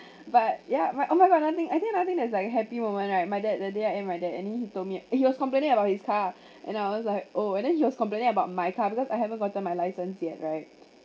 but ya but oh my god I think I think I think that's like a happy moment right my dad the day I and my dad and he told me he was complaining about his car and I was like oh and then he was complaining about my car because I haven't gotten my license yet right